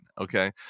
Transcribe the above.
Okay